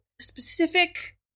specific